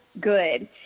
good